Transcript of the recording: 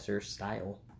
style